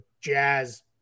jazz